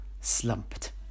slumped